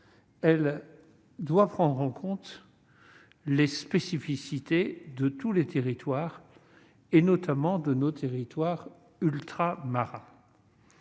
bien sûr prendre en compte les spécificités de tous les territoires, notamment de ses territoires ultramarins.